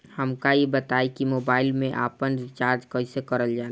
हमका ई बताई कि मोबाईल में आपन रिचार्ज कईसे करल जाला?